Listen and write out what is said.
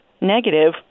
negative